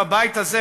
בבית הזה,